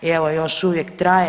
I evo još uvijek traje.